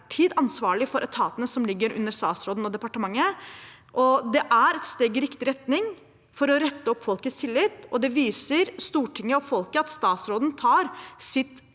ansvarlig for etatene som ligger under statsråden og departementet. Det er et steg i riktig retning for å rette opp folkets tillit, og det viser Stortinget og folket at statsråden tar sitt